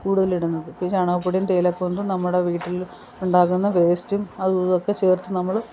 കൂടുതലിടുന്നത് ഈ ചാണകപ്പൊടിയും തേയില കൊന്തും നമ്മുടെ വീട്ടിൽ ഉണ്ടാകുന്ന വേസ്റ്റും അതും ഇതുമൊക്കെ ചേർത്ത് നമ്മൾ